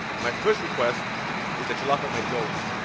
my first request is that you laugh at my jokes,